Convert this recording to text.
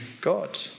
God